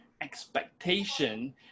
expectation